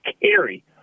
carry